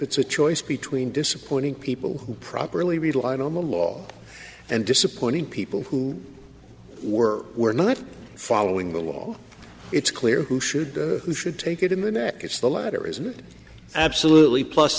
it's a choice between disappointing people who properly relied on the law and disappointing people who were were not following the law it's clear who should who should take it in the neck it's the latter isn't it absolutely plus